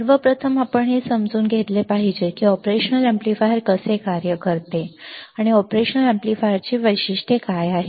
सर्वप्रथम आपण हे समजून घेतले पाहिजे की ऑपरेशनल अॅम्प्लीफायर कसे कार्य करते आणि ऑपरेशनल अॅम्प्लीफायरची वैशिष्ट्ये काय आहेत